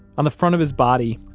on the front of his body,